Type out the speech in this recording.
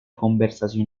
conversación